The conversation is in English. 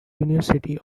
university